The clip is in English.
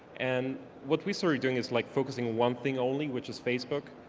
and what we started doing is like focusing one thing only, which is facebook.